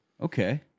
Okay